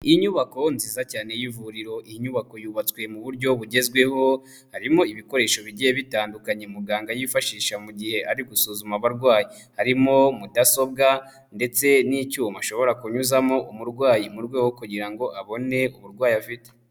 Inyubako nziza cyane y'ivuriro, iyi nyubako yubatswe mu buryo bugezweho, harimo ibikoresho bigiye bitandukanye muganga yifashisha mu gihe ari gusuzuma abarwayi, harimo mudasobwa ndetse n'icyuma ashobora kunyuzamo umurwayi mu rwego rwo kugira ngo abone uburwayi afite.